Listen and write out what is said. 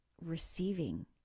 receiving